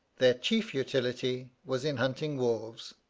their chief utility was in hunting wolves,